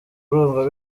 urumva